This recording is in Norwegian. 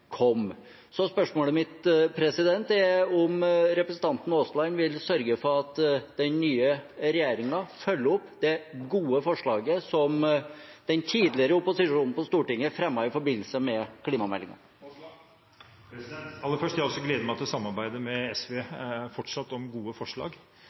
Spørsmålet mitt er: Vil representanten Aasland sørge for at den nye regjeringen følger opp det gode forslaget som den tidligere opposisjonen på Stortinget fremmet i forbindelse med klimameldingen? Aller først: Jeg gleder meg også til fortsatt å samarbeide med